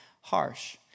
harsh